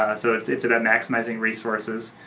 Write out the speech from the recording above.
so it's it's about maximizing resources.